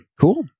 Cool